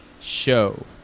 Show